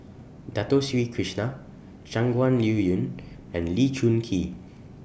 Dato Sri Krishna Shangguan Liuyun and Lee Choon Kee